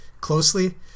closely